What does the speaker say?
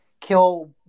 kill